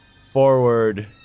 forward